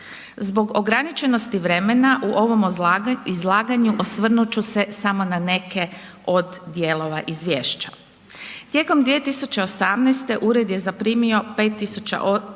Zbog ograničenosti vremena u ovom izlaganju osvrnuti ću se samo na neke od dijelova izvješća. Tijekom 2018. ured je zaprimio 1588